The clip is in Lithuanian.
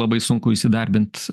labai sunku įsidarbint